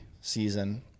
season